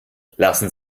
lassen